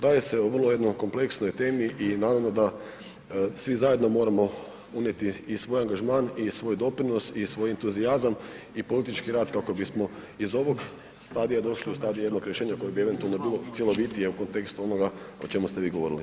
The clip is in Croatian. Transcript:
Radi se o vrlo jednoj kompleksnoj temi i naravno da svi zajedno moramo unijeti i svoj angažman i svoj doprinos i svoj entuzijazam i politički rad kako bismo iz ovog stadija došli u stadij jednog rješenja koje bi eventualno bilo cjelovitije u kontekstu onoga o čemu ste vi govorili.